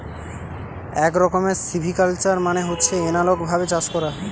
এক রকমের সিভিকালচার মানে হচ্ছে এনালগ ভাবে চাষ করা